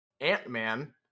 Ant-Man